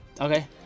okay